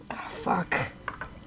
fuck